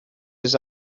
oes